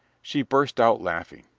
she burst out laughing.